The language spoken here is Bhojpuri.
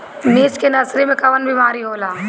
मिर्च के नर्सरी मे कवन बीमारी होला?